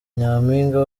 nyampinga